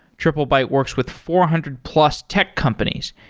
triplebyte works with four hundred plus tech companies,